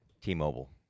T-Mobile